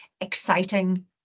exciting